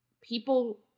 people